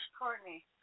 Courtney